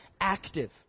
active